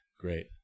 Great